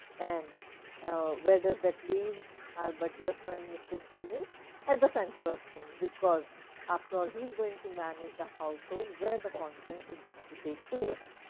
and where does that leave our butler friend mr. stevens at the center of things because after, ah he is going to manage the house hold where the conference is going to take place?